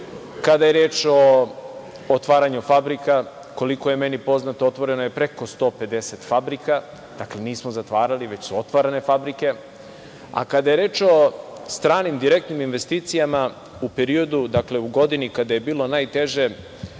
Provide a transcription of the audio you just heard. je reč o otvaranju fabrika, koliko je meni poznato, otvoreno je preko 150 fabrika. Dakle, nismo zatvarali, već su otvarane fabrike. Kada je reč o stranim direktnim investicijama u godini kada je bilo najteže,